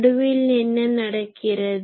நடுவில் என்ன நடக்கிறது